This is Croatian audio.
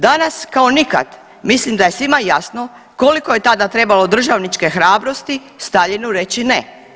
Danas kao nikad mislim da je svima jasno koliko je tada trebalo državničke hrabrosti Staljinu reći ne.